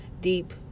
deep